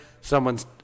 someone's